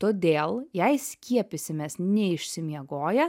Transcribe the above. todėl jei skiepysimės neišsimiegoję